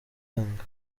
aranga